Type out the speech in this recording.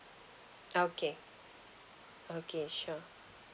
okay okay sure